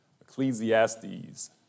Ecclesiastes